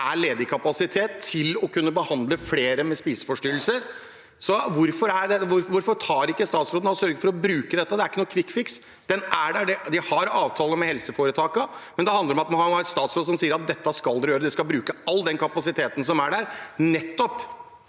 ledig kapasitet til å kunne behandle flere med spiseforstyrrelser, så hvorfor tar ikke statsråden og sørger for å bruke dette? Det er ikke noen kvikkfiks, den er der, de har avtaler med helseforetakene. Det handler om at man må ha en statsråd som sier: Dette skal dere gjøre, dere skal bruke all den kapasiteten som er der, for